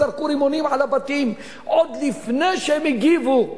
זרקו רימונים על הבתים עוד לפני שהם הגיבו.